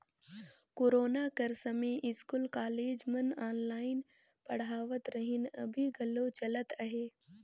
corona कर समें school, college मन ऑनलाईन पढ़ावत रहिन, अभीं घलो चलत अहे